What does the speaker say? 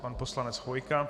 Pan poslanec Chvojka?